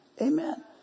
Amen